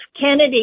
Kennedy